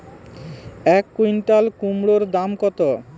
এক কুইন্টাল কুমোড় দাম কত?